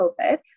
COVID